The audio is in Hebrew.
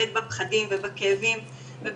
להוריד את גיל הממוגרפיה במדינת ישראל כפעולה